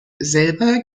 selber